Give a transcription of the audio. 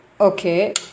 Okay